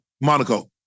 Monaco